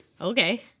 okay